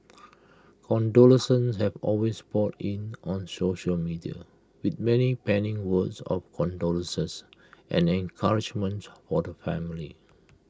condolences have also poured in on social media with many penning words of condolences and encouragement for the family